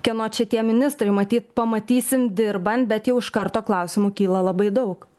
kieno čia tie ministrai matyt pamatysim dirbant bet jau iš karto klausimų kyla labai daug